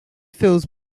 fills